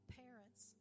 parents